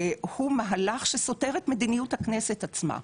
הוא מהלך שסותר את מדיניות הכנסת עצמה,